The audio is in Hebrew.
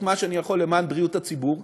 את מה שאני יכול למען בריאות הציבור,